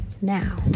Now